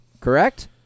Correct